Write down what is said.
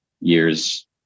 years